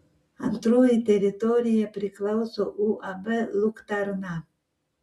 antroji teritorija priklauso uab luktarna